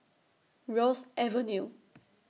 Ross Avenue